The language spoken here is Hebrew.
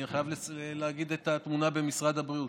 אני חייב להגיד מה התמונה במשרד הבריאות.